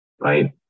right